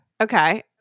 Okay